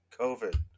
COVID